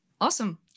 awesome